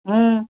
ம்